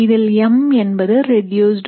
இதில் m என்பது reduced mass